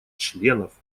членов